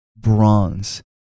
bronze